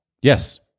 Yes